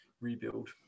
rebuild